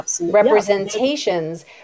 representations